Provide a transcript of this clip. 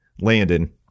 Landon